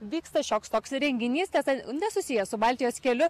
vyksta šioks toks renginys tiesa nesusijęs su baltijos keliu